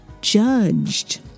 judged